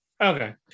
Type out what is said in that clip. Okay